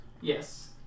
Yes